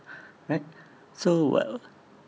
right so wha~ what